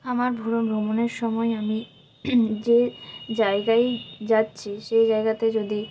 আমার ভ্রমণের সময় আমি যে জায়গাই যাচ্ছি সে জায়গাতে যদি